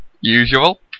usual